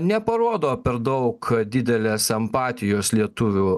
neparodo per daug didelės empatijos lietuvių